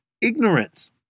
ignorance